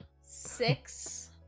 six